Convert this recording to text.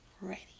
ready